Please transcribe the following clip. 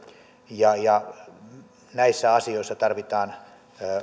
ja ja näissä asioissa tarvitaan